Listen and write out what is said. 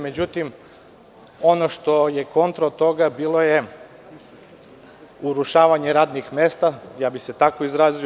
Međutim, ono što je kontra od toga bilo je urušavanje radnih mesta, tako bih se izrazio.